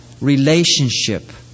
relationship